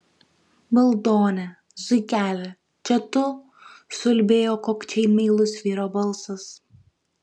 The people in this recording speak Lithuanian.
valdone zuikeli čia tu suulbėjo kokčiai meilus vyro balsas